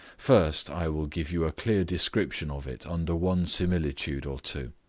first, i will give you a clear description of it under one similitude or two.